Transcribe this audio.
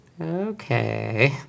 Okay